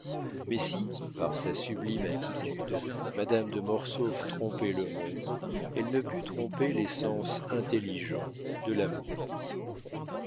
mais si par sa sublime attitude madame de mortsauf trompait le monde elle ne put tromper les sens intelligents de l'amour